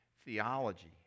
theology